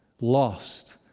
Lost